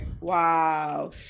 wow